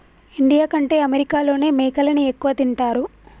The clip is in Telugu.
ఇండియా కంటే అమెరికాలోనే మేకలని ఎక్కువ తింటారు